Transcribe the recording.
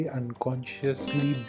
unconsciously